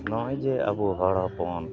ᱱᱚᱜᱼᱚᱭ ᱡᱮ ᱟᱵᱚ ᱦᱚᱲ ᱦᱚᱯᱚᱱ